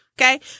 Okay